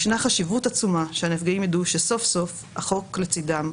ישנה חשיבות עצומה שהנפגעים ידעו שסוף-סוף החוק לצידם,